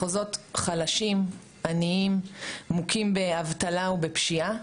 מחוזות חלשים, עניים, מוכים באבטלה ובפשיעה.